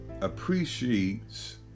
appreciates